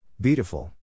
Beautiful